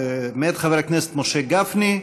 מאת חבר הכנסת משה גפני.